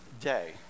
day